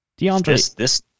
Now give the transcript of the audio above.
DeAndre